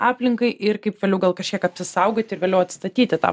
aplinkai ir kaip vėliau gal kažkiek apsisaugoti ir vėliau atstatyti tą